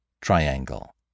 triangle